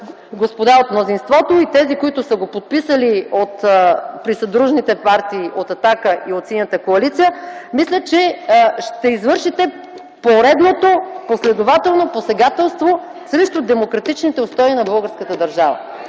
господа от мнозинството, и тези, които са го подписали – при съдружните партии от „Атака” и от Синята коалиция, мисля, че ще извършите поредното последователно посегателство срещу демократичните устои на българската държава.